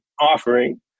offering